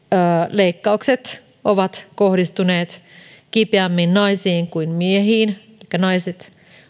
leikkaukset ovat kohdistuneet kipeämmin naisiin kuin miehiin elikkä naiset